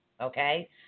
Okay